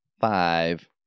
five